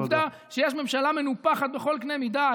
העובדה שיש ממשלה מנופחת בכל קנה מידה,